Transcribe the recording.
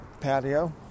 patio